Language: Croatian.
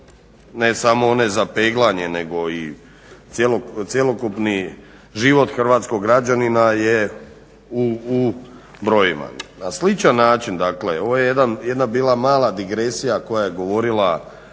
ne samo one za peglanje nego i cjelokupni život hrvatskog građanina je ubrojivan. Na sličan način dakle ovo je jedna bila mala digresija koja je govorila o